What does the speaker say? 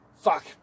Fuck